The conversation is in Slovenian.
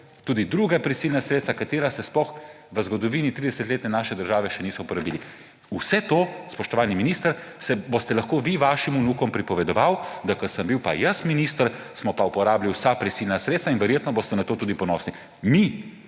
tudi druga prisilna sredstva, katera se sploh v zgodovini naše 30-letne države še niso uporabila. Vse to, spoštovani minister, boste lahko vi vašim vnukom pripovedovali, da ko sem bil pa jaz minister, smo pa uporabili vsa prisilna sredstva; in verjetno boste na to tudi ponosni. Mi